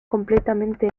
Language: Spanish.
completamente